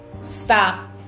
stop